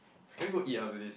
can we go eat after this